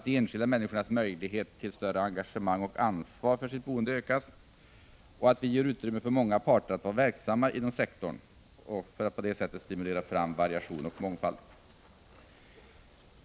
De enskilda människorna bör ges möjlighet till större engagemang och ansvar för sitt boende. Vi bör ge utrymme för många parter att vara verksamma inom sektorn och stimulera fram variation och mångfald.